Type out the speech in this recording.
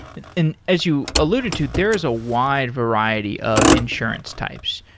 and and as you alluded to, there is a wide variety of insurance types.